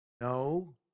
no